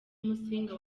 musinga